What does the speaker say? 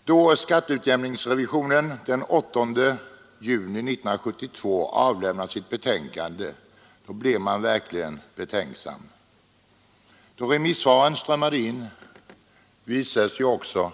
Herr talman! Då skatteutjämningsrevisionen den 8 juni 1972 avlämnade sitt betänkande blev jag verkligen betänksam. Då remissvaren strömmade in visade sig också